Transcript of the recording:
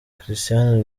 christian